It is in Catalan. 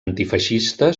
antifeixista